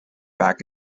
back